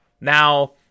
Now